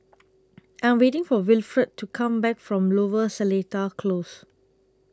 I Am waiting For Wilfred to Come Back from Lower Seletar Close